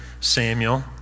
Samuel